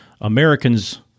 American's